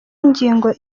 ingingo